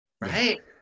Right